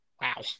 Wow